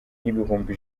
n’ibihumbi